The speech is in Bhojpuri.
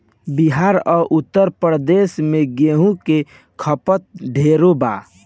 बिहार आ उत्तर प्रदेश मे गेंहू के खपत ढेरे बा